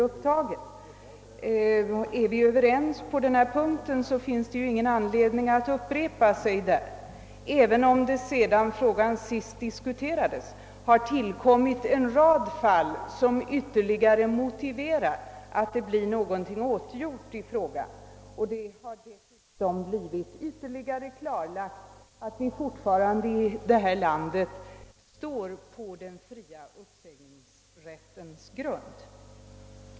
Om vi är överens på den punkten finns det ingen anledning att upprepa sig där, även om det sedan frågan diskuterades senast har inträffat ytterligare en rad fall som motiverar att något blir åtgjort i frågan. Vad som dessutom blivit ytterligare klarlagt är att vi alltjämt här i landet står på den fria uppsägningsrättens grund.